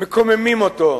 מקוממים אותו,